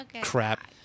crap